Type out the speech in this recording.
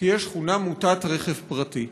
תהיה שכונה מוטת רכב פרטי.